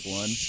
one